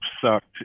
sucked